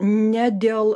ne dėl